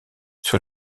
sur